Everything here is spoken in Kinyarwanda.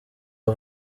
aba